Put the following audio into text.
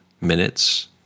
Minutes